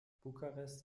bukarest